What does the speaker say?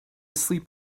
sleep